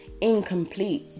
incomplete